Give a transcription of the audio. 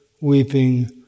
weeping